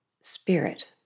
spirit